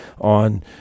on